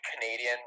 Canadian